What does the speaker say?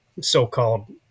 so-called